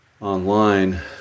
online